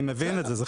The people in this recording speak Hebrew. אני מבין את זה,